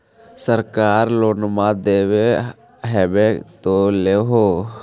सरकार लोन दे हबै तो ले हो?